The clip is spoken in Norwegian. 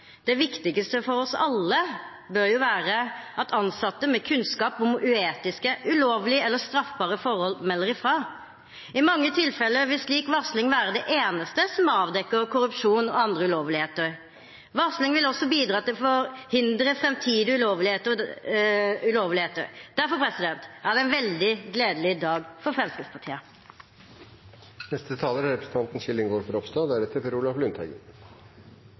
Det viktigste for oss alle bør være at ansatte med kunnskap om uetiske, ulovlige eller straffbare forhold melder ifra. I mange tilfeller vil slik varsling være det eneste som avdekker korrupsjon eller andre ulovligheter. Varsling vil også bidra til å forhindre framtidige ulovligheter. Derfor er det en veldig gledelig dag for Fremskrittspartiet. Norsk arbeidsliv er